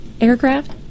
aircraft